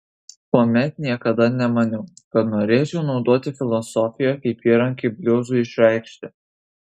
tuomet niekada nemaniau kad norėčiau naudoti filosofiją kaip įrankį bliuzui išreikšti